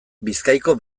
bizkaiko